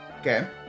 Okay